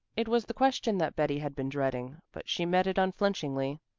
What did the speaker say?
it was the question that betty had been dreading, but she met it unflinchingly.